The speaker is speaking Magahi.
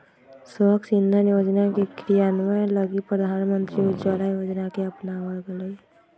स्वच्छ इंधन योजना के क्रियान्वयन लगी प्रधानमंत्री उज्ज्वला योजना के अपनावल गैलय